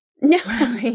No